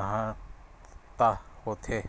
महत्ता होथे